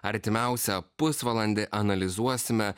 artimiausią pusvalandį analizuosime